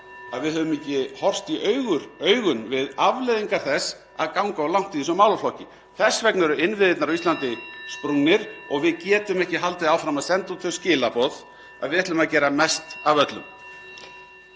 að við höfum ekki horfst í augu við afleiðingar þess að ganga of langt í þessum málaflokki. Þess vegna eru innviðirnir á Íslandi sprungnir (Forseti hringir.) og við getum ekki haldið áfram að senda út þau skilaboð að við ætlum að gera mest af öllum.